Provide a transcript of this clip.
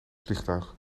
vliegtuig